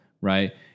right